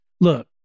Look